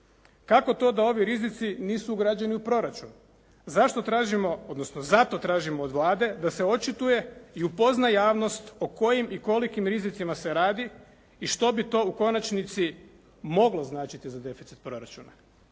Kako to da ovi rizici nisu ugrađeni u proračun? Zašto tražimo, odnosno zato tražimo od Vlade da se očituje i upozna javnost o kojim i kolikim rizicima se radi i što bi to u konačnici moglo značiti za deficit proračuna,